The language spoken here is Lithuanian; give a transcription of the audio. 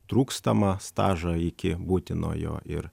trūkstamą stažą iki būtinojo ir